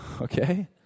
Okay